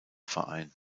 verein